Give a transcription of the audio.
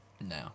No